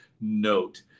note